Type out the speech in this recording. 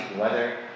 weather